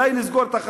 אולי נסגור את החלון?